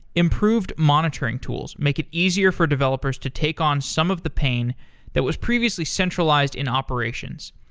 improved monitoring tools make it easier for developers to take on some of the pain that was previously centralized in operations.